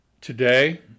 Today